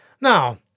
Now